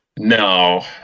No